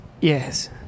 Yes